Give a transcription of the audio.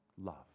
Love